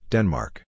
Denmark